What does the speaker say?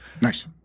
Nice